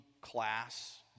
class